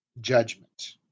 judgment